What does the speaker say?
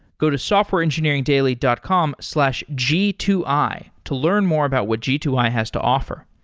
go to softwareengineeringdaily dot com slash g two i to learn more about what g two i has to offer.